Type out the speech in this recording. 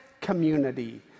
community